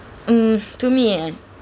mm to me ah